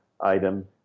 item